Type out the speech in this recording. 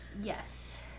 Yes